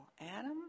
Adam